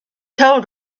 told